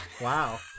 Wow